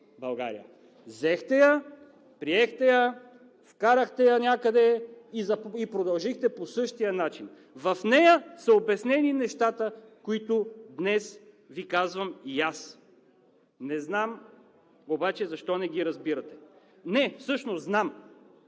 България. Взехте я, приехте я, вкарахте я някъде и продължихте по същия начин. В нея са обяснени нещата, които днес Ви казвам и аз. Не знам обаче защо не ги разбирате? Не, всъщност знам!